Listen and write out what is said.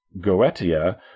Goetia